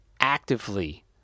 actively